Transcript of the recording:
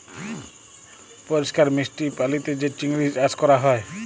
পরিষ্কার মিষ্টি পালিতে যে চিংড়ি চাস ক্যরা হ্যয়